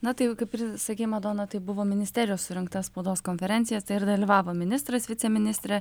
na tai kaip sakė madona tai buvo ministerijos surengtą spaudos konferenciją ir dalyvavo ministras viceministre